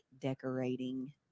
decorating